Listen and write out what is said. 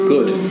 Good